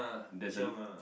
there's a